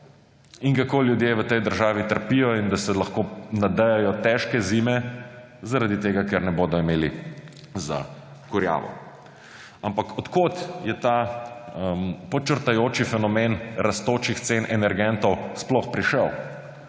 in kako ljudje v tej državi trpijo in da se lahko nadejajo težke zime, ker ne bodo imeli za kurjavo. Ampak od kod je ta podčrtujoči fenomen rastočih cen energentov sploh prišel?